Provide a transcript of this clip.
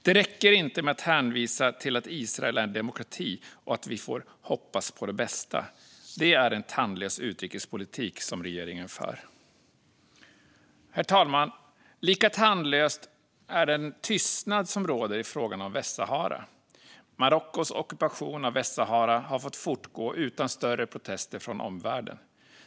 Det räcker inte att hänvisa till att Israel är en demokrati och att vi får hoppas på det bästa. Det är en tandlös utrikespolitik som regeringen för. Herr talman! Lika tandlös är den tystnad som råder i frågan om Västsahara. Marockos ockupation av Västsahara har fått fortgå utan större protester från omvärlden.